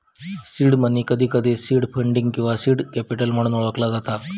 seed money, कधीकधी seed funding किंवा seed capital म्हणून ओळखला जाता